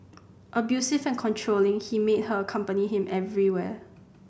abusive and controlling he made her accompany him everywhere